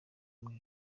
muri